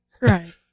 Right